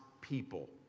people